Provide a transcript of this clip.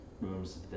rooms